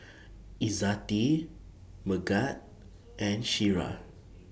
Izzati Megat and Syirah